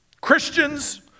Christians